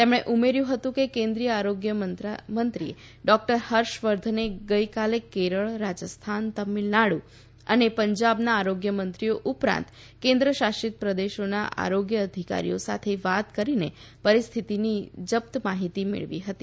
તેમણે ઉમેર્યું હતું કે કેન્દ્રીય આરોગ્યમંત્રી ડોક્ટર હર્ષવર્ધને ગઇકાલે કેરળ રાજસ્થાન તમિલનાડુ અને પંજાબના આરોગ્યમંત્રીઓ ઉપરાંત કેન્દ્ર શાસિત પ્રદેશોના આરોગ્ય અધિકારીઓ સાથે વાત કરીને પરિસ્થિતિની જપ્ત માહિતી મેળવી હતી